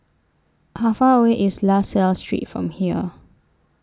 How Far away IS La Salle Street from here